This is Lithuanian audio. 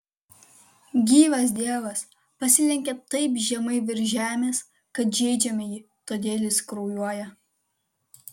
gyvas dievas pasilenkia taip žemai virš žemės kad žeidžiame jį todėl jis kraujuoja